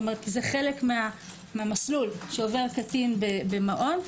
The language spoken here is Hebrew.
כלומר זה חלק מהמסלול שעובר קטין במעון,